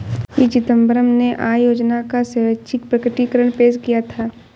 P Chidambaram ने आय योजना का स्वैच्छिक प्रकटीकरण पेश किया था